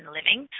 Living